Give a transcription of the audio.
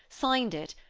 signed it,